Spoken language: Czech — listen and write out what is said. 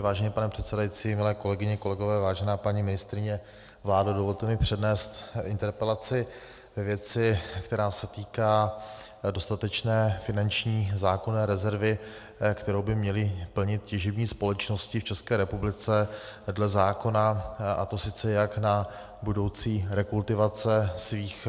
Vážený pane předsedající, milé kolegyně, kolegové, vážená paní ministryně, vládo, dovolte mi přednést interpelaci ve věci, která se týká dostatečné finanční zákonné rezervy, kterou by měly plnit těžební společnosti v České republice dle zákona, a to jak na budoucí rekultivace svých